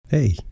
Hey